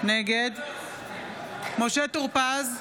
נגד משה טור פז,